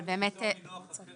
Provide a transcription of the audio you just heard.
אבל באמת ------ מינוח אחר,